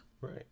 Right